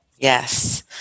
Yes